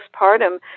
postpartum